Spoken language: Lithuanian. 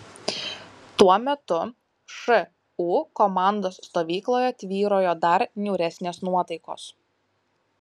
tuo metu šu komandos stovykloje tvyrojo dar niūresnės nuotaikos